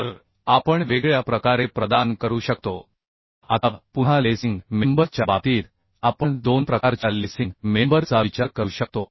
तर आपण वेगळ्या प्रकारे प्रदान करू शकतो आता पुन्हा लेसिंग मेंबर च्या बाबतीत आपण दोन प्रकारच्या लेसिंग मेंबर चा विचार करू शकतो